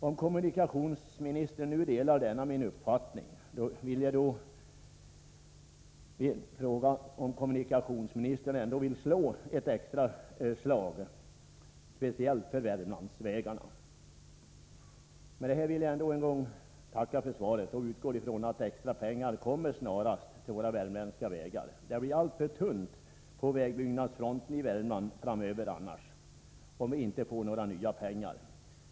Om kommunikationsministern nu delar denna min uppfattning, vill jag fråga om kommunikationsministern ändå inte vill slå ett extra slag speciellt för Värmlandsvägarna? Med detta vill jag än en gång tacka för svaret och utgår från att extra pengar snarast kommer till våra värmländska vägar. Det blir alltför tunt på vägbyggnadsfronten i Värmland framöver om vi inte får nya pengar.